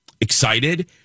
excited